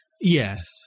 Yes